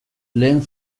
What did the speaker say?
lehen